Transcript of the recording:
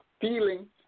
feeling